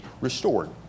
restored